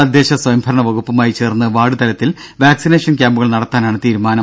തദ്ദേശസ്വയംഭരണ വകുപ്പുമായി ചേർന്ന് വാർഡ് തലത്തിൽ വാക്സിനേഷൻ ക്യാമ്പുകൾ നടത്താനാണ് തീരുമാനം